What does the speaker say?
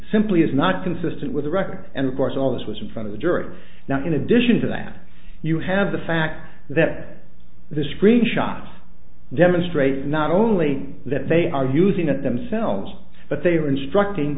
simply is not consistent with the record and of course all this was in front of a jury now in addition to that you have the fact that the screenshot demonstrates not only that they are using it themselves but they are instructing